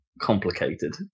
complicated